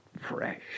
fresh